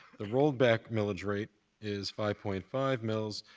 the rolled-back millage rate is five point five mills.